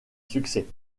succès